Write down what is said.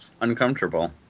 Uncomfortable